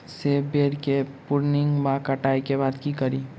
सेब बेर केँ प्रूनिंग वा कटाई केँ बाद की करि?